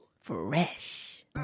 Fresh